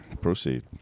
Proceed